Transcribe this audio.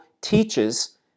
teaches